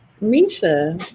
Misha